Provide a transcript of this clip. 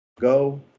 Go